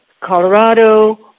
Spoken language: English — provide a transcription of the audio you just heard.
Colorado